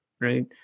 right